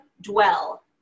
dwell